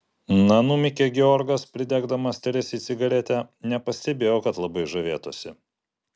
na numykė georgas pridegdamas teresei cigaretę nepastebėjau kad labai žavėtųsi